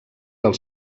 del